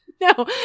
No